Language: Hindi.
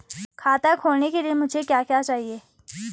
खाता खोलने के लिए मुझे क्या क्या चाहिए?